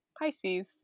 Pisces